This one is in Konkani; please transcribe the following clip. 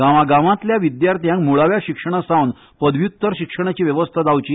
गांवांगांवांतल्या विद्यार्थ्यांक मुळाव्या शिक्षणा सावन पदव्युत्तर शिक्षणाची वेवस्था जावची